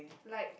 like